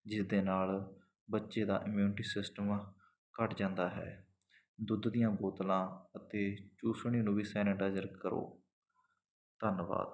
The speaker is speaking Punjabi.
ਜਿਸਦੇ ਨਾਲ ਬੱਚੇ ਦਾ ਇਮਊਨਿਟੀ ਸਿਸਟਮ ਘੱਟ ਜਾਂਦਾ ਹੈ ਦੁੱਧ ਦੀਆਂ ਬੋਤਲਾਂ ਅਤੇ ਚੂਸਣੀ ਨੂੰ ਵੀ ਸੈਨੇਟਾਈਜ ਕਰੋ ਧੰਨਵਾਦ